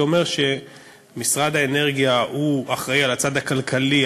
שאומר שמשרד האנרגיה הוא אחראי לצד הכלכלי,